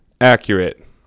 Accurate